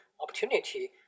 opportunity